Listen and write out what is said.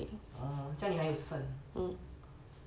orh 这样你还有剩